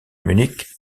munich